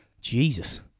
Jesus